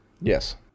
Yes